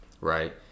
right